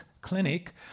Clinic